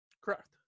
correct